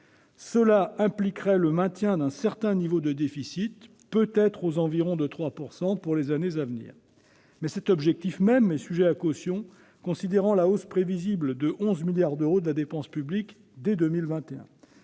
Cela impliquerait le maintien d'un certain niveau de déficit, sans doute de l'ordre de 3 %, pour les années à venir. Toutefois, cet objectif même est sujet à caution, compte tenu de la hausse prévisible de 11 milliards d'euros de la dépense publique, dès 2021.